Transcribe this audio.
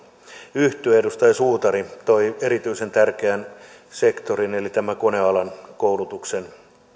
yhtyä edustaja suutari toi erityisen tärkeän sektorin eli konealan koulutuksen